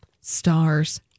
stars